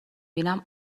بینم